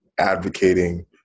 advocating